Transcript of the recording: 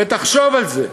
ותחשוב על זה,